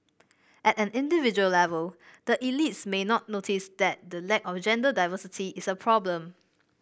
at an individual level the elites may not notice that the lack of gender diversity is a problem